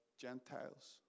Gentiles